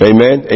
Amen